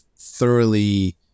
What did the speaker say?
thoroughly